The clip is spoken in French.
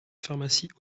pharmacies